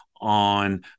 on